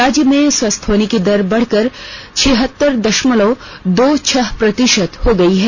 राज्य में स्वस्थ होने की दर बढ़कर छिहतर दशमलव दो छह प्रतिशत हो गई है